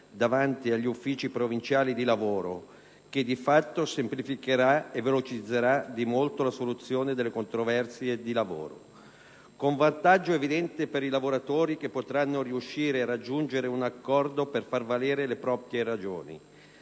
davanti agli uffici provinciali del lavoro che, di fatto, semplificherà e velocizzerà notevolmente la soluzione delle controversie, con vantaggio evidente per i lavoratori, che potranno raggiungere un accordo e far valere le proprie ragioni